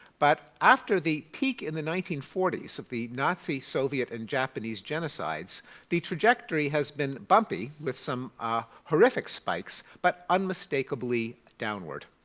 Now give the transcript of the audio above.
but after the peak in the nineteen forty s, the nazi, soviet and japanese genocides the trajectory has been bumpy with some ah horrific spikes, but unmistakably downward.